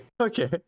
Okay